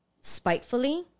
spitefully